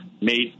made